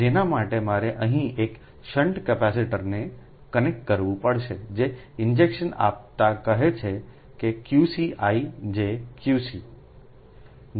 જેના માટે મારે અહીં એક શંટ કેપેસિટરને કનેક્ટ કરવું પડશે જે ઇન્જેક્શન આપતા કહે છે કે QC i j QC